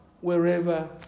wherever